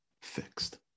fixed